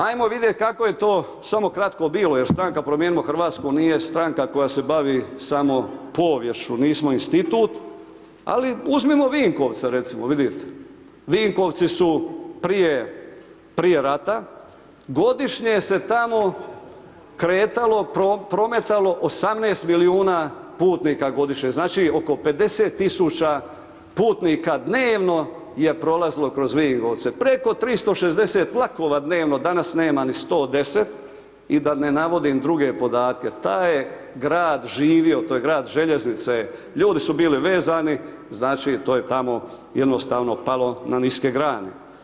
Ajmo vidjet kako je to samo kratko bilo jer Stranka promijenimo Hrvatsku nije stranka koja se bavi samo poviješću, nismo institut, ali uzmimo Vinkovce recimo, vidite, Vinkovci su prije, prije rata godišnje se tamo kretalo, prometalo 18 milijuna putnika godišnje, znači, oko 50 000 putnika dnevno je prolazilo kroz Vinkovce, preko 360 vlakova dnevno, danas nema ni 110 i da ne navodim druge podatke, taj je grad živio, to je grad željeznice, ljudi su bili vezani, znači, to je tamo jednostavno palo na niske grane.